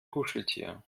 kuscheltier